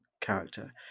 character